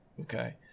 Okay